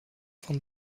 van